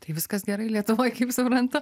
tai viskas gerai lietuvoj kaip suprantu